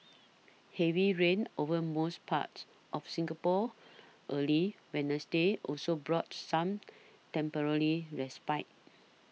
heavy rain over most parts of Singapore early Wednesday also brought some temporary respite